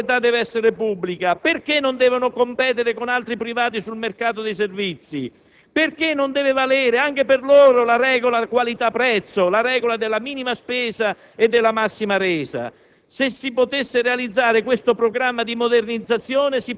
perché devono pesare sulla fiscalità generale? Perché la proprietà deve essere pubblica? Perché non devono competere con altri privati sul mercato dei servizi? Perché non deve valere anche per loro la regola qualità-prezzo, la regola della minima spesa e della massima resa?